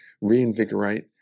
reinvigorate